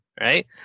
right